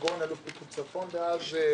למשל עם אלוף פיקוד צפון דאז,